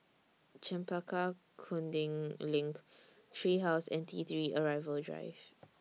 Chempaka Kuning LINK Tree House and T three Arrival Drive